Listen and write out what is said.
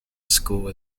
school